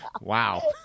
wow